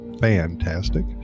fantastic